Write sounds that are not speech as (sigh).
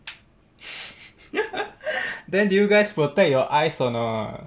(laughs) then do you guys protect your eyes or not